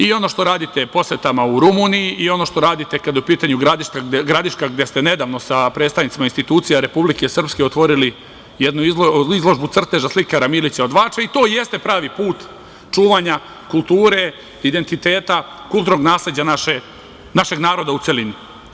I ono što radite posetama u Rumuniji, i ono što radite kada je u pitanju Gradiška, gde ste nedavno sa predstavnicima institucija Republike Srpske otvorili jednu izložbu crteža slikara Milića od Mačve i to jeste pravi put čuvanja kulture identiteta kulturnog nasleđa našeg naroda u celini.